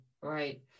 Right